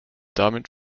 damit